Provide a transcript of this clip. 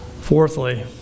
Fourthly